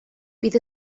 bydd